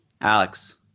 Alex